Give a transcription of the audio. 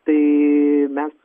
tai mes